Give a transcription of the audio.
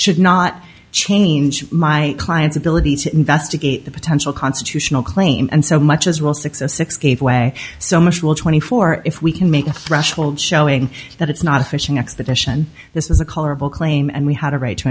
should not change my client's ability to investigate the potential constitutional claim and so much as will success six gave way so much will twenty four if we can make a threshold showing that it's not a fishing expedition this is a colorable claim and we had a right to